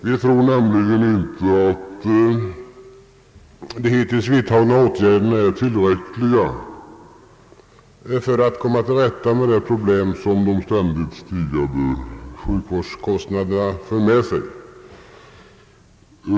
Vi tror nämligen att de hittills vidtagna åtgärderna inte är tillräckliga för att man skall komma till rätta med de problem som de ständigt stigande sjukvårdskostnaderna för med sig.